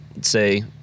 say